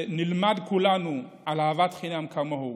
שנלמד כולנו על אהבת חינם כמוהו,